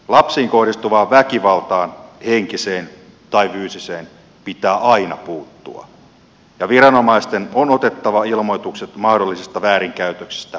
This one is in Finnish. lapsiin kohdistuvaan väkivaltaan henkiseen tai fyysiseen pitää aina puuttua ja viranomaisten on otettava ilmoitukset mahdollisista väärinkäytöksistä aina todesta